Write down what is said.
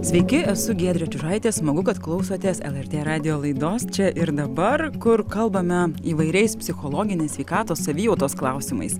sveiki esu giedrė čiužaitė smagu kad klausotės lrt radijo laidos čia ir dabar kur kalbame įvairiais psichologinės sveikatos savijautos klausimais